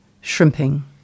shrimping